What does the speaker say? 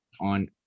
on